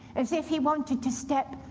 as if he wanted to step,